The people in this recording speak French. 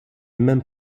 mêmes